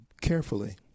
carefully